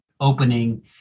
opening